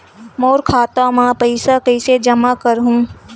मोर खाता म पईसा कइसे जमा करहु?